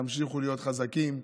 תמשיכו להיות חזקים.